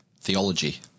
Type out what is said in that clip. theology